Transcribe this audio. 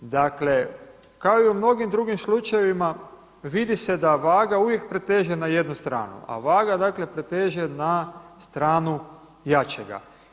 Dakle kao i u mnogim drugim slučajevima vidi se da vaga uvijek preteže na jednu stranu, a vaga preteže na stranu jačega.